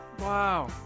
Wow